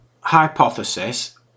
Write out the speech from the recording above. hypothesis